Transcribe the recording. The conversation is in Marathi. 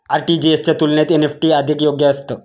आर.टी.जी.एस च्या तुलनेत एन.ई.एफ.टी अधिक योग्य असतं